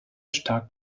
stark